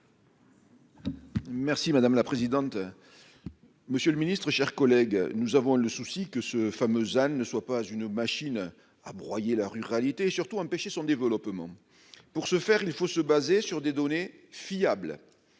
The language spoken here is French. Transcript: Merci madame la présidente. Monsieur le Ministre, chers collègues, nous avons le souci que ce fameux Anne ne soit pas une machine à broyer la ruralité et surtout empêcher son développement. Pour ce faire, il faut se baser sur des données fiables.